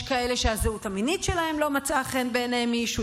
יש כאלה שהזהות המינית שלהם לא מצאה חן בעיני מישהו,